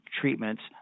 treatments